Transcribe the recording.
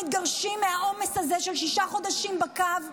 מתגרשים בגלל העומס הזה של שישה חודשים בקו,